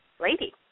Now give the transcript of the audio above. lady